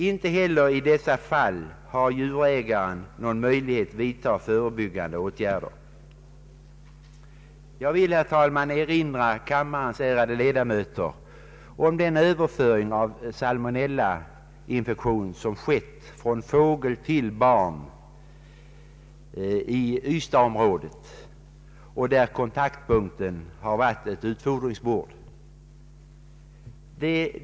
Inte heller i dessa fall har djurägaren någon möjlighet att vidta förebyggande åtgärder. Jag vill, herr talman, erinra kammarens ärade ledamöter om den överföring av salmonellainfektion som skett från fåglar till barn i Ystadsområdet, där kontaktpunkten varit ett utfodringsbord.